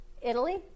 Italy